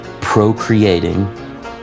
procreating